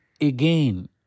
again